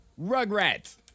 Rugrats